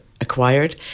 Acquired